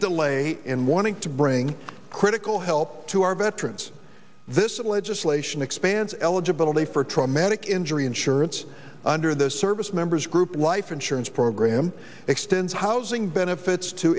delay in warning to bring critical help to our veterans this legislation expands eligibility for traumatic injury insurance under the service members group life insurance program extends housing benefits to